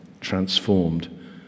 transformed